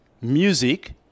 music